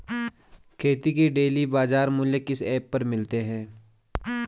खेती के डेली बाज़ार मूल्य किस ऐप पर मिलते हैं?